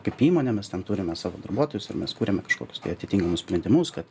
kaip įmonė mes ten turime savo darbuotojus ir mes kuriame kažkokius atitinkamus sprendimus kad